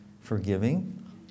forgiving